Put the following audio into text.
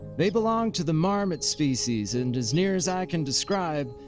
they belong to the marmot species and as near as i can describe,